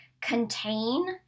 contain